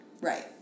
Right